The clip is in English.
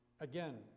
again